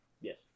Yes